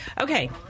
Okay